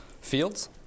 fields